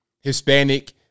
Hispanic